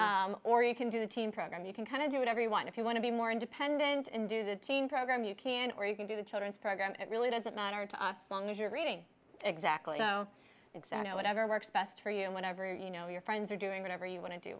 can or you can do teen program you can kind of do it everyone if you want to be more independent and do the program you can or you can do the children's program it really doesn't matter to us long as you're reading exactly whatever works best for you and whatever you know your friends are doing whatever you want to do